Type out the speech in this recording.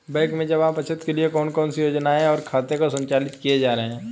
बैंकों में जमा बचत के लिए कौन कौन सी योजनाएं और खाते संचालित किए जा रहे हैं?